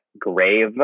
grave